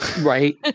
Right